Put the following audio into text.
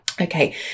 Okay